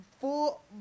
full